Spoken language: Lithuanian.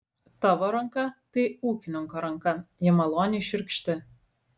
tavo ranka tai ūkininko ranka ji maloniai šiurkšti